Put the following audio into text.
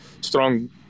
strong